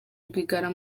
rwigara